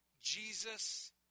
Jesus